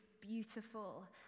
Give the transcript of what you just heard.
beautiful